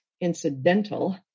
incidental